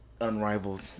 unrivaled